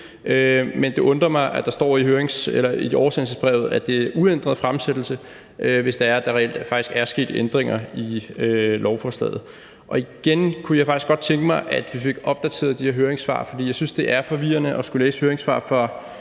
men det undrer mig, at der står i det oversendte brev, at det er en uændret fremsættelse, hvis det er sådan, at der faktisk reelt er sket ændringer i lovforslaget. Og igen kunne jeg faktisk godt tænke mig, at vi fik opdateret de her høringssvar, fordi jeg synes, det er forvirrende at skulle læse høringssvar fra